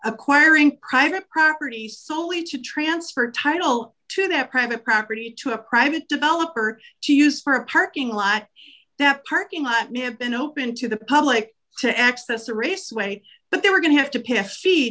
acquiring private property solely to transfer title to that private property to a private developer to use for a parking lot that parking lot may have been open to the public to access the raceway but they were going to have to pay a fee